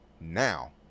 now